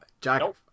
Jack